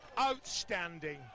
outstanding